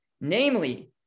Namely